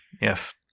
Yes